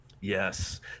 Yes